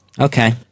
Okay